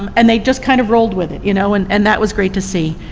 um and they just kind of rolled with it, you know and and that was great to see.